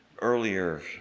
earlier